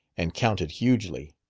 and counted hugely.